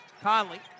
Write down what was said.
Conley